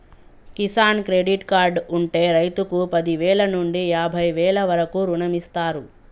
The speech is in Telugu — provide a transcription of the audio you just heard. కిసాన్ క్రెడిట్ కార్డు ఉంటె రైతుకు పదివేల నుండి యాభై వేల వరకు రుణమిస్తారు